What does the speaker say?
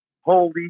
Holy